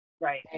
Right